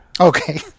Okay